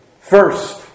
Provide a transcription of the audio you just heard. First